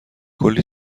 کلی